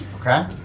Okay